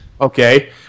Okay